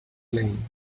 lane